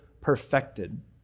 perfected